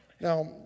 Now